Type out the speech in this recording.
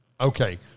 Okay